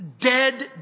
dead